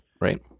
Right